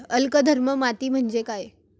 अल्कधर्मी माती म्हणजे काय?